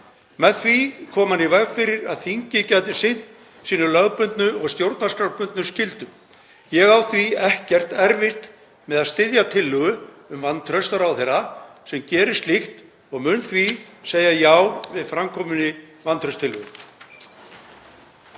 Með því kom hann í veg fyrir að þingið gæti sinnt sínum lögbundnu og stjórnarskrárbundnu skyldum. Ég á því ekki erfitt með að styðja tillögu um vantraust á ráðherra sem gerir slíkt og mun segja já við fram kominni vantrauststillögu.